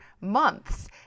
months